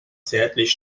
zärtlich